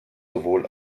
sowohl